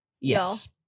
Yes